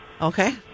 Okay